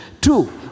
Two